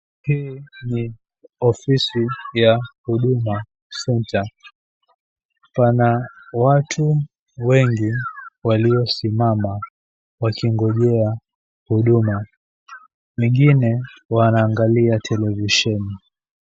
Hii ni ofisi ya Huduma Center. Kuna watu wengi waliosimama wakingojea huduma. Wengine wanaangalia televisheni.